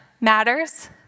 matters